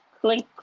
Click